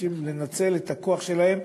מבקשים לנצל את הכוח שלהם,